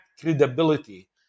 credibility